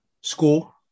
school